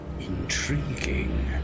Intriguing